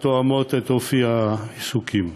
התואמות את אופי העיסוקים.